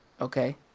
Okay